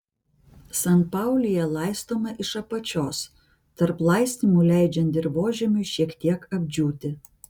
sanpaulija laistoma iš apačios tarp laistymų leidžiant dirvožemiui šiek tiek apdžiūti